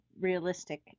realistic